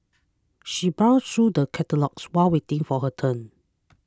she browsed through the catalogues while waiting for her turn